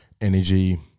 energy